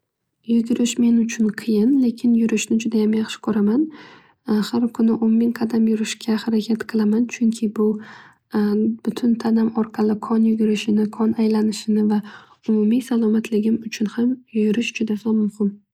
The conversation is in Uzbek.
Yugurish men uchun qiyin. Lekin yurishni judayam yaxshi ko'raman har kuni o'n ming qadam yurishga harakat qilaman. Chunki bu tanam orqali qon yugurishini qon aylanishini va umumiy salomatligim uchun ham yurish juda muhim.